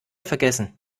vergessen